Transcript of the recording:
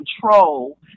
control